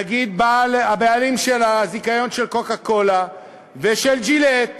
נגיד הבעלים של הזיכיון של "קוקה-קולה" ושל "ג'ילט"